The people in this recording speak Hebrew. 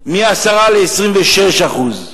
מ-10% ל-26%;